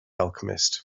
alchemist